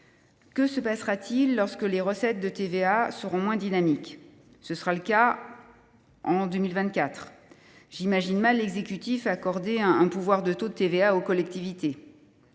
Que se passera t il lorsque les recettes de TVA seront moins dynamiques ? Le cas se présentera dès 2024. J’imagine mal l’exécutif accorder alors un pouvoir de taux sur la TVA aux collectivités.